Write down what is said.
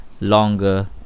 longer